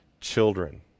children